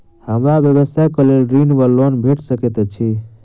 हमरा व्यवसाय कऽ लेल ऋण वा लोन भेट सकैत अछि?